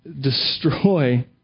destroy